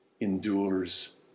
endures